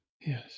yes